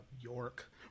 York